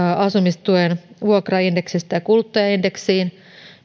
asumistuen vuokraindeksistä kuluttajaindeksiin